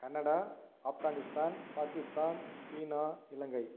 Canada Afghanistan Pakistan சீனா இலங்கை